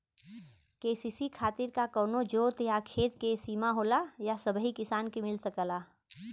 KCC खातिर का कवनो जोत या खेत क सिमा होला या सबही किसान के मिल सकेला?